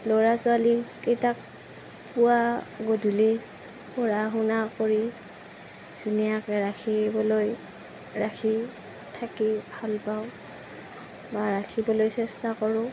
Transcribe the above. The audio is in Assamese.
ল'ৰা ছোৱালী কেইটাক পুৱা গধূলি পঢ়া শুনা কৰি ধুনীয়াকে ৰাখিবলৈ ৰাখি থাকি ভাল পাওঁ বা ৰাখিবলৈ চেষ্টা কৰোঁ